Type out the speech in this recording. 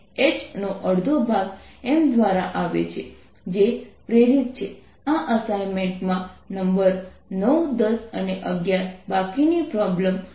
તેથી ds એ Gaussian surface નું ક્ષેત્રફળ છે